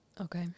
Okay